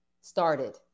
started